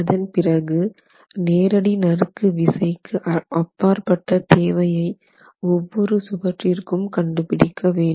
அதன்பிறகு நேரடி நறுக்கு விசைக்கு அப்பாற்பட்ட தேவையை ஒவ்வொரு சுவற்றிக்கும் கண்டுபிடிக்க வேண்டும்